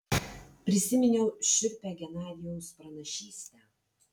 prisiminiau šiurpią genadijaus pranašystę